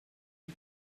had